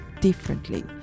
differently